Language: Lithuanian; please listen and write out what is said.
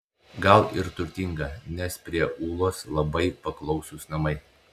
gal ir turtinga nes prie ūlos labai paklausūs namai